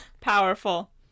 Powerful